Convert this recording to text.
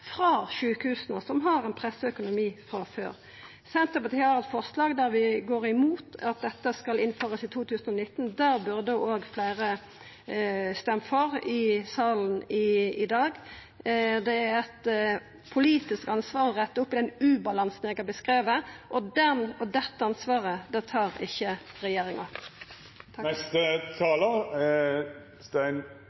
frå sjukehusa, som har ein pressa økonomi frå før. Senterpartiet har eit forslag der vi går imot at dette skal innførast i 2019. Det burde òg fleire stemt for i salen i dag. Det er eit politisk ansvar å retta opp den ubalansen eg har beskrive, og dette ansvaret tar ikkje regjeringa.